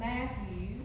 Matthew